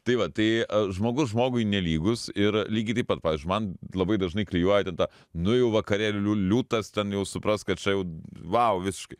tai va tai a žmogus žmogui nelygus ir lygiai taip pat pavyzdžiui man labai dažnai klijuoja ten tą nu jau vakarėlių liūtas ten jau suprask kad čia jau vau visiškai